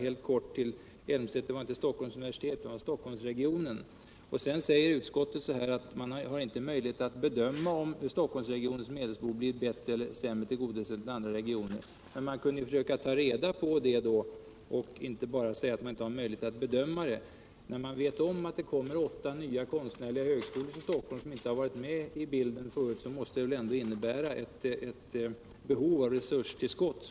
Utskottet skriver att det inte har möjlighet att bedöma om Stockholmsregionens medelsbehov blir bättre eller sämre tillgodosett än andra regioners. Man kunde ju försöka ta reda på den saken och inte bara säga att man inte kan bedöma frågan. När man vet att de åtta konsthögskolorna i Stockholm, vilka inte varit med i bilden förut men nu införlivas i högskoleorganisationen. måste det väl behövas ett resurstillskott.